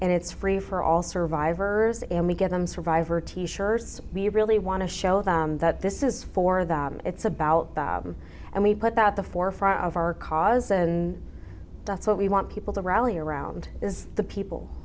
and it's free for all survivors and we get them survivor t shirts we really want to show them that this is for them and it's about bob and we put out the forefront of our cause and that's what we want people to rally around is the people